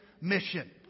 mission